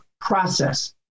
process